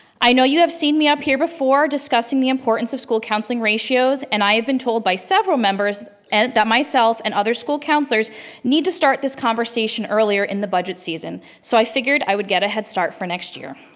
i know you have seen me up here before discussing the importance of school counseling ratios and i have been told by several members and that myself and other school counselors need to start this conversation earlier in the budget season so i figured i would get a head start for next year.